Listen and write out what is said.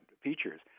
features